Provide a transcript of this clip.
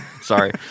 Sorry